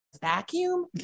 vacuum